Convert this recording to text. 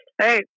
Hey